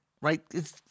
Right